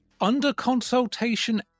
under-consultation